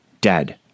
dead